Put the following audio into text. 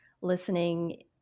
listening